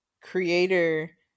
creator